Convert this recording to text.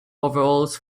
overalls